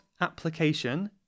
application